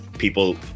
People